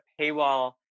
paywall